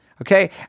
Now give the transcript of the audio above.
Okay